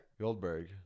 Goldberg